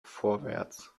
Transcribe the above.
vorwärts